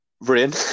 rain